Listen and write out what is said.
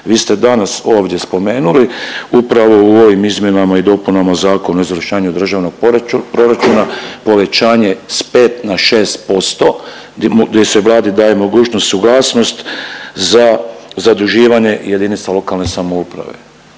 Vi ste danas ovdje spomenuli upravo u ovim izmjenama i dopunama Zakona o izvršenju državnog proračuna povećanje s 5 na 6% gdje se Vladi daje mogućnost suglasnost za zaduživanje JLS. Molim vas vaš